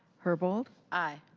herbold. aye.